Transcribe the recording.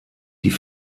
die